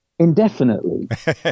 Indefinitely